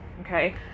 Okay